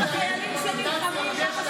ההסבר המילולי הוא כמו שהוא